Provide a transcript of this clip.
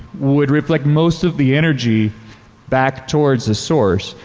would reflect most of the energy back towards the source.